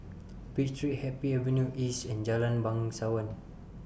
Pitt Street Happy Avenue East and Jalan Bangsawan